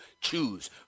choose